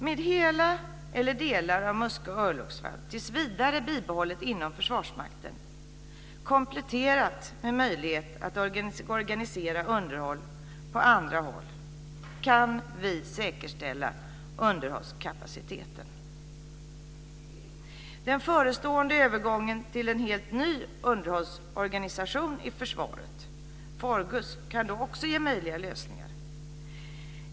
Med hela eller delar av Muskö örlogsvarv tills vidare bibehållet inom Försvarsmakten kompletterat med möjlighet att organisera underhåll på andra håll kan vi säkerställa underhållskapaciteten. Den förestående övergången till en helt ny underhållsorganisation i försvaret, FORGUS, kan då också ge möjliga lösningar.